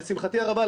לשמחתי הרבה,